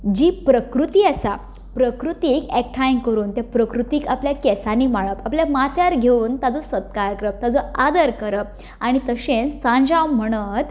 जी प्रकृती आसा प्रकृतीक एकठांय करून त्या प्रकृतीक आपल्या केसांनी माळप आपल्या माथ्यार घेवन ताचो सत्कार करप ताचो आदर करप आनी तशेंच सांजाव म्हणत